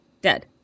dead